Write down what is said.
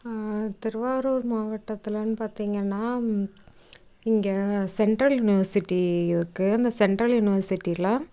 திருவாரூர் மாவட்டத்திலன்னு பார்த்திங்கன்னா இங்கே சென்ட்ரல் யுனிவர்சிட்டி இருக்குது இந்த சென்ட்ரல் யுனிவர்சிட்டியில்